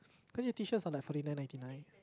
cause your t-shirts are like Forty-Nine ninety-nine